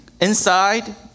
inside